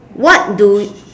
what do